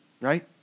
right